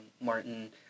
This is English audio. Martin